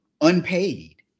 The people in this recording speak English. unpaid